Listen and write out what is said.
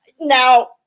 now